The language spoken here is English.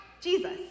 Jesus